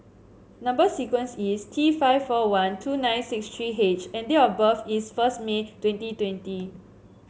number sequence is T five four one two nine six three H and date of birth is first May twenty twenty